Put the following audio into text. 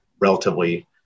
relatively